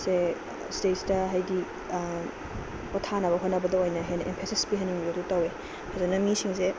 ꯁꯦ ꯁꯤꯗꯩꯁꯤꯗ ꯍꯥꯏꯗꯤ ꯄꯣꯊꯥꯅꯕ ꯍꯣꯠꯅꯕꯗ ꯑꯣꯏꯅ ꯍꯦꯟꯅ ꯑꯦꯝꯐꯦꯁꯤꯁ ꯄꯤꯍꯟꯅꯤꯡꯕꯗꯣ ꯇꯧꯏ ꯐꯖꯅ ꯃꯤꯁꯤꯡꯁꯦ